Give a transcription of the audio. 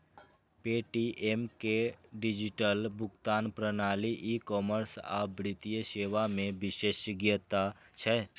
Paytm के digital भुगतान प्रणाली, ई कॉमर्स आ वित्तीय सेवा मे विशेषज्ञता छै